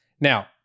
Now